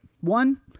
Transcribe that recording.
One